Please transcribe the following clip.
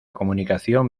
comunicación